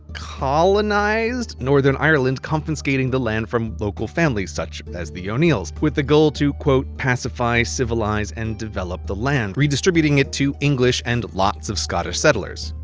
colonized northern ireland, confiscating the land from local families such as the o'neils. with the goal to pacify, civilize and develop the land redistributing it to english and lots of scottish settlers.